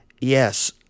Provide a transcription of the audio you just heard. Yes